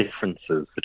differences